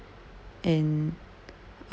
and